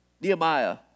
Nehemiah